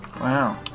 Wow